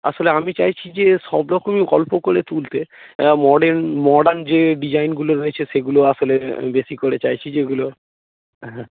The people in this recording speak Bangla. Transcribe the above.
আসলে আমি চাইছি যে সব রকমই অল্প করে তুলতে মডেন মডার্ন যে ডিজাইনগুলো রয়েছে সেগুলো আসলে আমি বেশি করে চাইছি যে ওগুলো হ্যাঁ